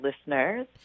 listeners